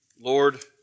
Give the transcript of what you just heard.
Lord